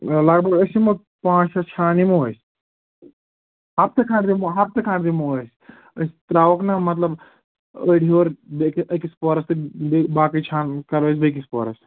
لگ بگ أسۍ یِمو پانٛژھ شےٚ چھان یِمو أسۍ ہفتہٕ کھنٛڈ دِمو ہفتہٕ کھنٛڈ ہفتہٕ کھنٛڈ دِمو أسۍ أسۍ ترٛاوہوکھ نا مطلب أڑۍ ہیوٚر بیٚیہِ أکِس پورس تہٕ بیٚیہِ باقٕے چھان کَرو أسۍ بیٚیِس پورَس